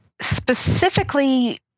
specifically